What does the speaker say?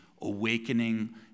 awakening